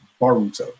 Baruto